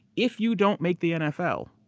if you don't make the nfl,